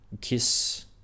kiss